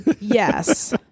Yes